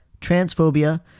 transphobia